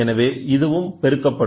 எனவே இதுவும் பெருக்கப்படும்